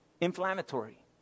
inflammatory